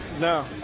No